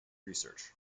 research